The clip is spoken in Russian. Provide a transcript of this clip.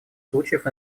случаев